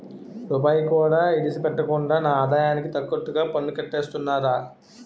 రూపాయికి కూడా ఇడిసిపెట్టకుండా నా ఆదాయానికి తగ్గట్టుగా పన్నుకట్టేస్తున్నారా